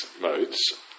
modes